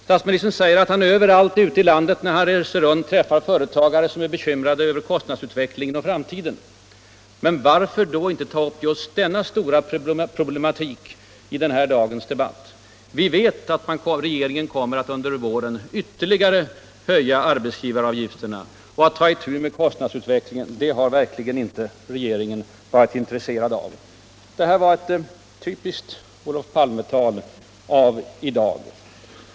Statsministern säger att han överallt ute i landet, när han reser runt, träffar företagare som är bekymrade över kostnadsutvecklingen och framtiden. Men varför då inte ta upp just denna stora problematik i den här dagens debatt? Vi vet att regeringen under våren kommer att ytterligare höja arbetsgivaravgifterna. Regeringen har verkligen inte varit intresserad av att ta itu med kostnadsutvecklingen. Det här var alltså ett typiskt Olof Palme-tal av i dag.